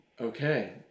Okay